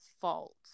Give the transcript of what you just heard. fault